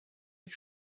ich